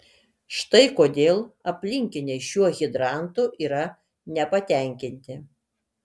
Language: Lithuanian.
štai kodėl aplinkiniai šiuo hidrantu yra nepatenkinti